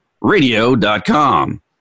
radio.com